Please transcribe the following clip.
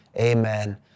amen